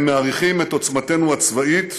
הם מעריכים את עוצמתנו הצבאית,